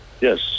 Yes